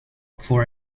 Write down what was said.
for